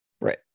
Right